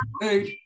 food